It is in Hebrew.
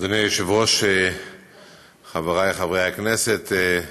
אדוני היושב-ראש, חבריי חברי הכנסת,